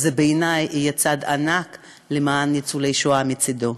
זה בעיני יהיה צעד ענק למען ניצולי השואה מצדו.